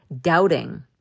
doubting